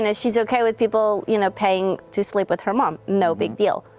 and she's okay with people you know paying to sleep with her mom, no big deal.